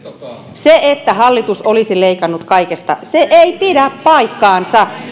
se että hallitus olisi leikannut kaikesta ei pidä paikkaansa